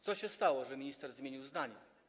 Co się stało, że minister zmienił zdanie?